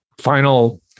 final